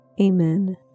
Amen